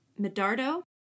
Medardo